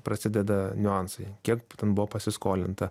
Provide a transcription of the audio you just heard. prasideda niuansai kiek ten buvo pasiskolinta